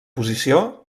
posició